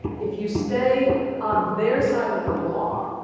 if you stay on their side of the law,